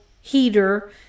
heater